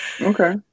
okay